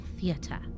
theater